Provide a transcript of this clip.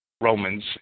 Romans